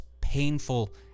painful